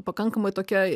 pakankamai tokia